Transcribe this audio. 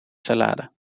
salade